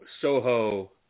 Soho